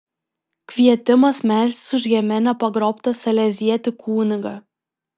kvietimas melstis už jemene pagrobtą salezietį kunigą